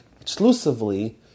exclusively